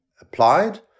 applied